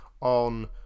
on